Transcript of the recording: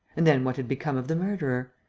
and then what had become of the murderer?